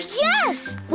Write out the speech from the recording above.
yes